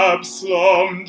Absalom